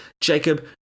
Jacob